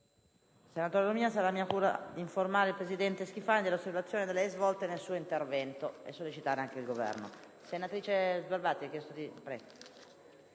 Senatore Lumia, sarà mia cura informare il presidente Schifani dell'osservazione da lei svolta nel suo intervento e sollecitare il Governo.